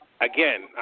again